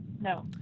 no